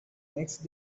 next